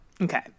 Okay